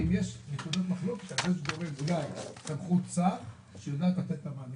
שאם יש מחלוקת תהיה אולי סמכות שר לתת מענה.